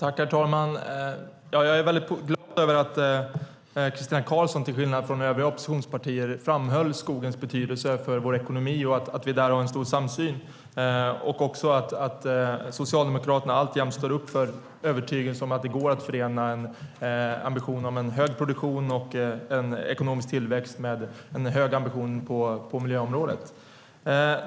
Herr talman! Jag är väldigt glad över att Christina Karlsson till skillnad från övriga oppositionspartiers företrädare framhöll skogens betydelse för vår ekonomi och att vi där har en stor samsyn, liksom jag är glad över att Socialdemokraterna alltjämt står upp för övertygelsen att det går att förena en ambition om en hög produktion och en ekonomisk tillväxt med en hög ambition på miljöområdet.